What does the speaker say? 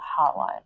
hotline